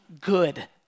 good